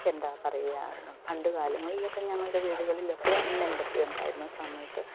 എന്താ പറയുക പണ്ടുകാലങ്ങളിൽ ഒക്കെ ഞങ്ങളുടെ വീടുകളിലൊക്കെ നെല്ലൊക്കെ ഉണ്ടായിരുന്ന സമയത്ത്